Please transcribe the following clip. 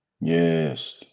Yes